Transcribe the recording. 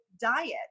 diet